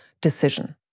decision